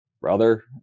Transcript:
brother